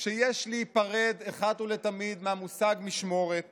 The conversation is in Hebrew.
שיש להיפרד אחת ולתמיד מהמושג משמורת